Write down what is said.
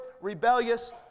rebellious